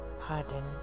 pardon